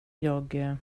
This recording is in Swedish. jag